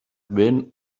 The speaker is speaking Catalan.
vent